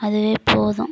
அதுவே போதும்